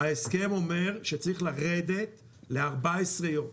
ההסכם אומר שצריך לרדת ל-14 יום,